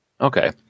Okay